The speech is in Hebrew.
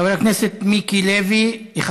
חבר הכנסת מיקי לוי, מס'